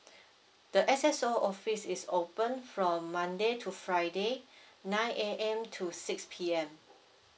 the S_S_O office is open from monday to friday nine A_M to six P_M